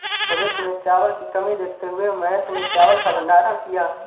भविष्य में चावल की कमी देखते हुए महेश ने चावल का भंडारण किया